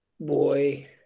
boy